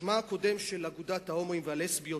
שמה הקודם של אגודת ההומואים והלסביות,